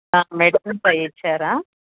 medicines అవి ఇచ్చారా